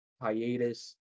hiatus